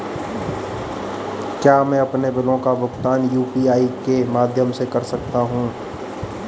क्या मैं अपने बिलों का भुगतान यू.पी.आई के माध्यम से कर सकता हूँ?